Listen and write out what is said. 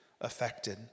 affected